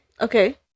Okay